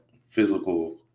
physical